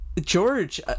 George